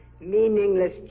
meaningless